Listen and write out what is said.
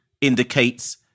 indicates